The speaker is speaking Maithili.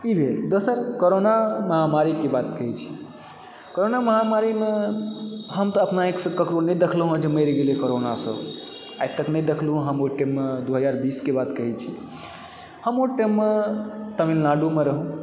ई भेल दोसर कोरोना महामारीके बात कहैत छी कोरोना महामारीमे हम तऽ अपना आँखिसँ ककरो नहि देखलहुँ हँ जे मरि गेलै कोरोनासँ आइ तक नहि देखलहुँ हम ओहि टाइममे दू हजार बीसके बात कहै छी हम ओहि टाइममे तमिलनाडुमे रहु